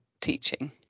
teaching